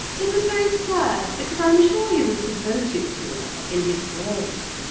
it was very sad, because i am sure he was devoted to her, in his way.